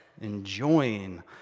enjoying